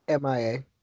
mia